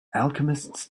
alchemists